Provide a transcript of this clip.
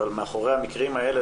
אבל מאחורי המקרים האלה,